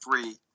three